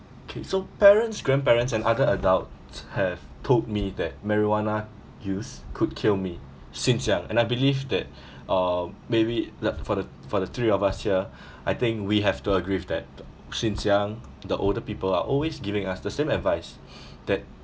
okay so parents grandparents and other adults have told me that marijuana use could kill me since young and I believe that uh maybe like for the for the three of us here I think we have to agree with that since young the older people are always giving us the same advice that